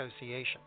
Association